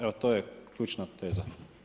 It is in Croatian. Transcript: Evo to je ključna teza.